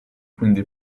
quindi